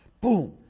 Boom